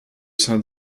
saint